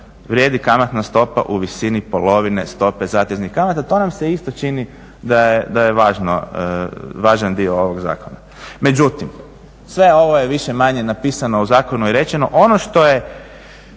vrijedi kamatna stopa u visini polovine stope zateznih kamata. To nam se isto čini da je važan dio ovog zakona. Međutim, sve ovo je više-manje napisano u zaonu i rečeno. Ono što je